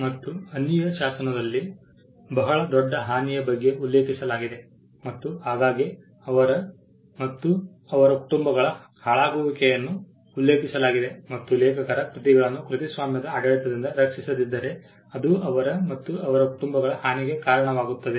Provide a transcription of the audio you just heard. ಮತ್ತು ಅನ್ನಿಯ ಶಾಸನದಲ್ಲಿ ಬಹಳ ದೊಡ್ಡ ಹಾನಿಯ ಬಗ್ಗೆ ಉಲ್ಲೇಖಿಸಲಾಗಿದೆ ಮತ್ತು ಆಗಾಗ್ಗೆ ಅವರ ಮತ್ತು ಅವರ ಕುಟುಂಬಗಳ ಹಾಳಾಗುವಿಕೆಯನ್ನು ಉಲ್ಲೇಖಿಸಲಾಗಿದೆ ಮತ್ತು ಲೇಖಕರ ಕೃತಿಗಳನ್ನು ಕೃತಿಸ್ವಾಮ್ಯದ ಆಡಳಿತದಿಂದ ರಕ್ಷಿಸದಿದ್ದರೆ ಅದು ಅವರ ಮತ್ತು ಅವರ ಕುಟುಂಬಗಳ ಹಾನಿಗೆ ಕಾರಣವಾಗುತ್ತದೆ